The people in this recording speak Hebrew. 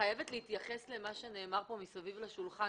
חייבת להתייחס אל מה שנאמר פה מסביב לשולחן,